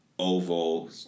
oval